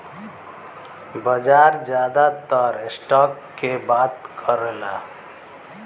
बाजार जादातर स्टॉक के बात करला